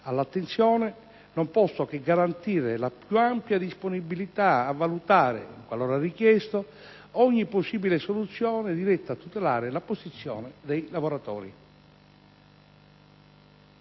all'attenzione, non posso che garantire la più ampia disponibilità a valutare, qualora richiesto, ogni possibile soluzione diretta a tutelare la posizione dei lavoratori.